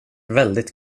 väldigt